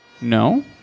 No